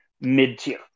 mid-tier